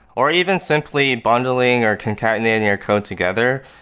or even simply bundling or concatenating your code together.